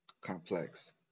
Complex